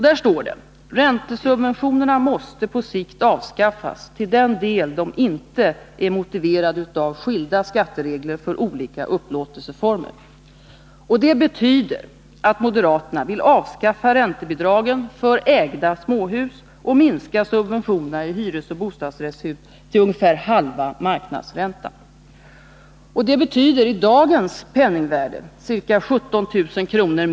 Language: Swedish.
Där står det: Räntesubventionerna måste på sikt avskaffas till den del de inte är motiverade av skilda skatteregler för olika upplåtelseformer. Det betyder att moderaterna vill avskaffa räntebidragen för ägda småhus och minska subventionerna i hyresoch bostadsrättshus till ungefär halva marknadsräntan. Det betyder i dagens penningvärde ca 17 000 kr.